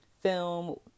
film